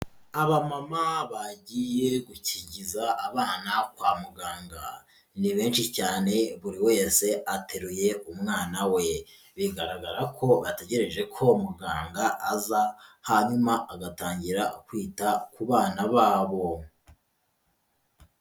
Abamama bagiye gukingiza abana kwa muganga, ni benshi cyane buri wese ateruye umwana we, bigaragara ko ategereje ko muganga aza hanyuma agatangira kwita ku bana babo.